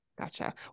Gotcha